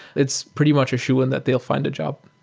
it's pretty much a shoe and that they'll find a job.